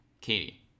Katie